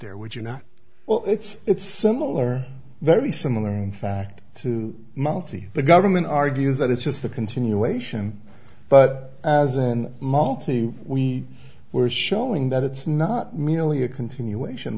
there would you not well it's it's similar very similar in fact to multi the government argues that it's just the continuation but as a multi we were showing that it's not merely a continuation